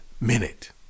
minute